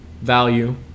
value